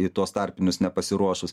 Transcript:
į tuos tarpinius nepasiruošus